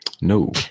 No